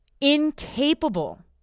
incapable